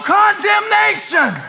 condemnation